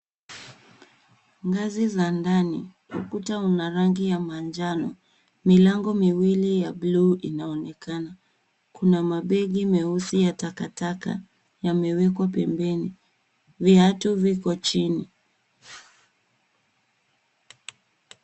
Ngazi za ndani ukuta una rangi ya manjano. Milango miwili ya buluu inaonekana. Kuna mabegi meusi ya takataka yamewekwa pembeni. Viatu viko chini.